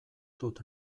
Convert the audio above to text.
dut